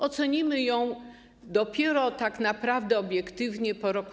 Ocenimy ją dopiero tak naprawdę obiektywnie po roku.